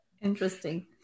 interesting